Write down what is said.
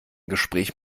gespräch